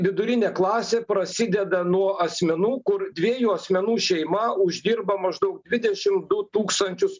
vidurinė klasė prasideda nuo asmenų kur dviejų asmenų šeima uždirba maždaug dvidešim du tūkstančius